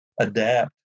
adapt